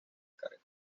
carga